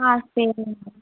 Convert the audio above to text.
ஆ சரி மேம்